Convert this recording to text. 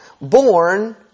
born